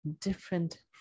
different